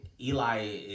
Eli